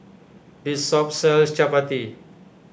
this shop sells Chapati